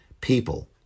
people